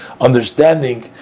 understanding